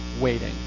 waiting